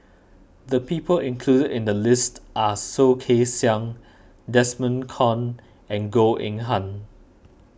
the people included in the list are Soh Kay Siang Desmond Kon and Goh Eng Han